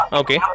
okay